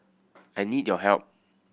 I need your help